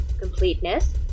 completeness